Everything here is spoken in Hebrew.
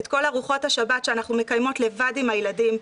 את כל ארוחות השבת שאנחנו מקיימות לבד עם הילדים,